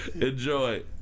Enjoy